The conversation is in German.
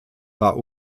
war